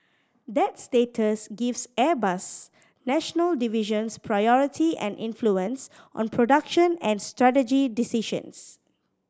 that status gives Airbus's national divisions priority and influence on production and strategy decisions